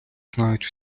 знають